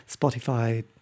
Spotify